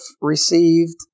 received